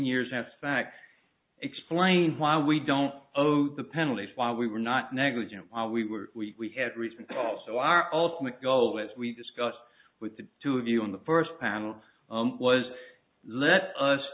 years have sacked explain why we don't owe the penalties why we were not negligent while we were we had reason also our ultimate goal as we discussed with the two of you in the first panel was let us